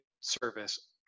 service